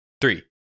Three